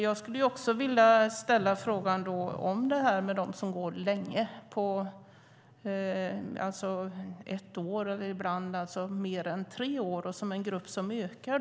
Jag skulle också vilja ställa en fråga om dem som går ett år och ibland mer än tre år. Det är en grupp som ökar.